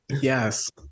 Yes